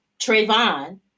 Trayvon